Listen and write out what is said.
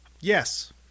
Yes